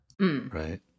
Right